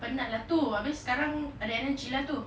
penat lah tu abeh sekarang ada energy lah tu